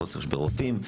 חוסר ברופאים,